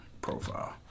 profile